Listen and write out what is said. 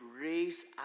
raise